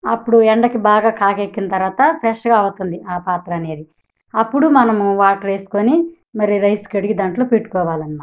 అప్పుడు ఎండకి బాగా కాగెక్కిన తరువాత ఫ్రెష్గా అవుతుంది ఆ పాత్ర అనేది అప్పుడు మనము వాటర్ ఏసుకొని మరి రైస్ కడిగి దాంట్లో పెట్టుకోవాలి అన్నమాట